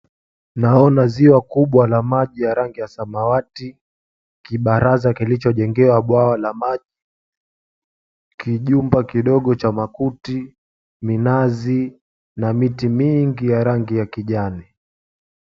Naona ziwa kubwa la maji ya rangi ya samawati, kibaraza kilichojengewa bwawa la maji, kijumba kidogo cha makuti, minazi na miti mingi ya rangi ya kijani.